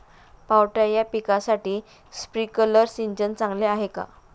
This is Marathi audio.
पावटा या पिकासाठी स्प्रिंकलर सिंचन चांगले आहे का?